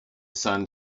sun